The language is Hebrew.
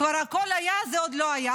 כבר הכול היה, זה עוד לא היה.